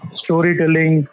storytelling